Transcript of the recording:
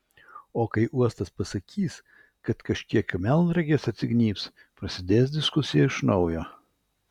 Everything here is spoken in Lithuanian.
o kai uostas pasakys kad kažkiek melnragės atsignybs prasidės diskusija iš naujo